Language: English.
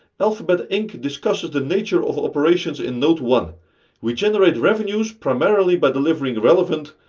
alphabet inc discusses the nature of operations in note one we generate revenues primarily by delivering relevant,